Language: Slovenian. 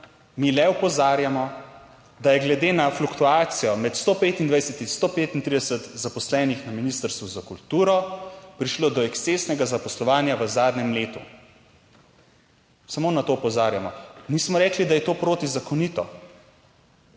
mi le opozarjamo, da je glede na fluktuacijo med 125 in 135 zaposlenih na Ministrstvu za kulturo prišlo do ekscesnega zaposlovanja v zadnjem letu. Samo na to opozarjamo. Nismo rekli, da je to protizakonito.